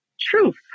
truth